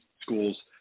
schools